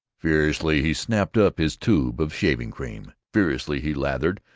furiously he snatched up his tube of shaving-cream, furiously he lathered,